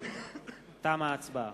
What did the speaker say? תמה ההצבעה.